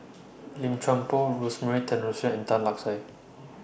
Lim Chuan Poh Rosemary Tessensohn and Tan Lark Sye